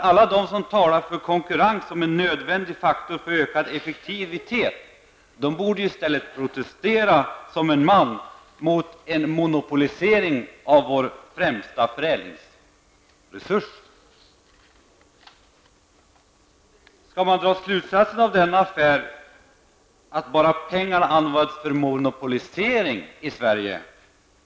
Alla som talar om konkurrens som en nödvändig faktor för ökad effektivitet borde i stället som en man protestera mot en monopolisering av vår främsta förädlingsresurs. Skall man dra slutsatsen att allt är bra bara pengarna används för monopolisering i Sverige?